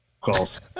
calls